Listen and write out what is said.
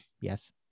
yes